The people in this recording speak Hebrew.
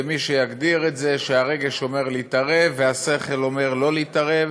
ומי שיגדיר את זה שהרגש אומר להתערב והשכל אומר לא להתערב,